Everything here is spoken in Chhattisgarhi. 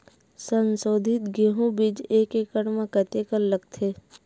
संसोधित गेहूं बीज एक एकड़ म कतेकन लगथे?